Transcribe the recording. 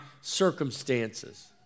circumstances